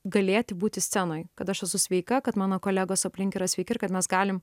galėti būti scenoj kad aš esu sveika kad mano kolegos aplink yra sveiki ir kad mes galim